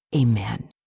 Amen